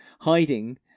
hiding